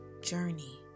journey